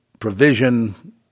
Provision